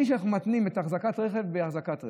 בלי שאנחנו מתנים תשלום אחזקת רכב בהחזקת רכב.